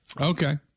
Okay